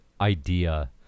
idea